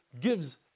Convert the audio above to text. gives